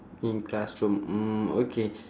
in classroom mm okay